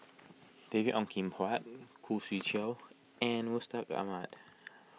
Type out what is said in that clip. David Ong Kim Huat Khoo Swee Chiow and Mustaq Ahmad